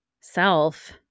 self